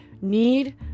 need